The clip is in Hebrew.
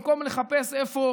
במקום לחפש איפה